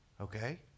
okay